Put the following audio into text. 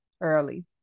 early